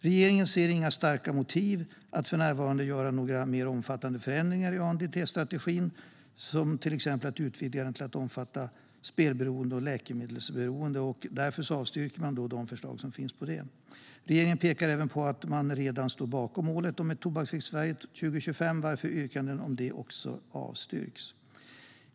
Regeringen ser inga starka motiv för att göra några mer omfattande förändringar i ANDT-strategin, som till exempel att utvidga den till att även omfatta spelberoende och läkemedelsberoende, och avstyrker därför sådana förslag. Regeringen pekar även på att man redan står bakom målet om ett tobaksfritt Sverige till 2025, varför yrkanden om det avstyrks.